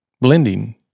blending